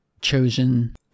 chosen